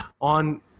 on